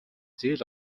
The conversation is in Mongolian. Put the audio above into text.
зээл